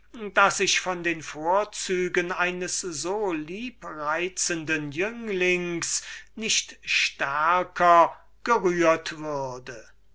daß ich von den vorzügen eines so liebreizenden jungen herrn nicht stärker gerührt würde